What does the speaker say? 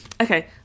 Okay